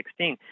2016